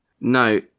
No